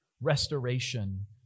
restoration